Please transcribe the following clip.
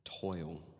toil